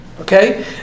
Okay